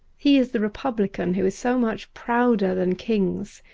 he is the republican who is so much prouder than kings.